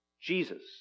Jesus